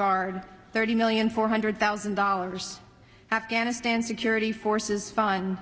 guard thirty million four hundred thousand dollars afghanistan security forces on